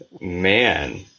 Man